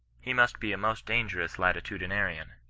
he must be a most dangerous latitudinarian.